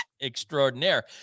extraordinaire